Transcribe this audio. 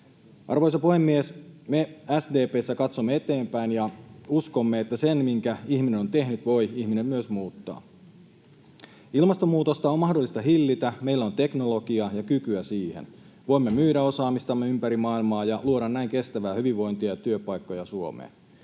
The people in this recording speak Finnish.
Arvoisa puhemies! Me SDP:ssä katsomme eteenpäin ja uskomme, että sen minkä ihminen on tehnyt, voi ihminen myös muuttaa. Ilmastonmuutosta on mahdollista hillitä: meillä on teknologiaa ja kykyä siihen. Voimme myydä osaamistamme ympäri maailmaa ja luoda näin kestävää hyvinvointia ja työpaikkoja Suomeen.